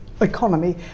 economy